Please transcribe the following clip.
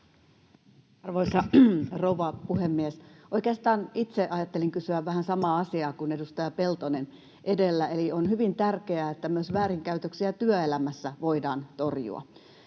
Arvoisa rouva puhemies! Oikeastaan itse ajattelin kysyä vähän samaa asiaa kuin edustaja Peltonen edellä, eli on hyvin tärkeää, että myös väärinkäytöksiä työelämässä voidaan torjua.